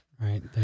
right